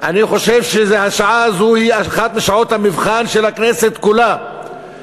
אני חושב שהשעה הזאת היא אחת משעות המבחן של הכנסת כולה,